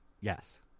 Yes